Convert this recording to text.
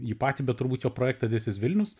jį patį bet turbūt jo projektą this is vilnius